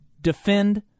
defend